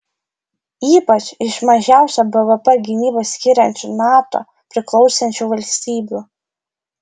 ypač iš mažiausią bvp gynybai skiriančių nato priklausančių valstybių